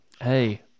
hey